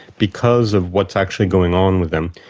because of what's actually going on with them.